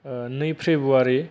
नै फ्रेबुवारि